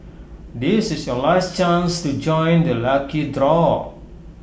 this is your last chance to join the lucky draw